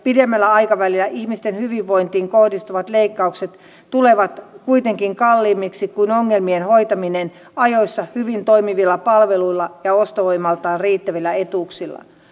pidemmällä aikavälillä ihmisten hyvinvointiin kohdistuvat leikkaukset tulevat kuitenkin kalliimmiksi kuin ongelmien hoitaminen ajoissa hyvin toimivilla palveluilla ja ostovoimaltaan riittävillä etuuksilla